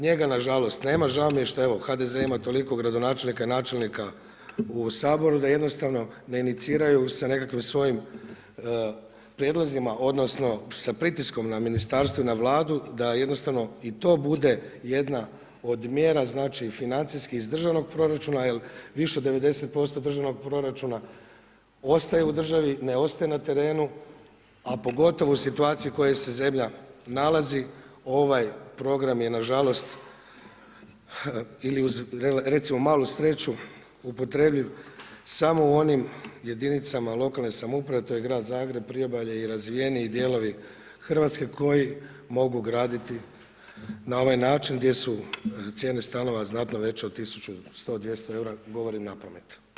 Njega nažalost nema, žao mi je što evo HDZ ima toliko gradonačelnika i načelnika u Saboru da jednostavno ne iniciraju sa nekakvim svojim prijedlozima, odnosno s pritiskom na ministarstvo i na Vladu da jednostavno i to bude jedna od mjera znači i financijskih iz državnog proračuna jer više od 90% državnog proračuna ostaje u državi, ne ostaje na terenu a pogotovo u situaciji u kojoj se zemlja nalazi ovaj program je nažalost ili uz recimo malu sreću upotrebljiv samo u onim jedinicama lokalne samouprave a to je grad Zagreb, Priobalje i razvijeniji dijelovi Hrvatske koji mogu graditi na ovaj način gdje su cijene stanova znatno veće od tisuću sto, dvjesto eura, govorim na pamet.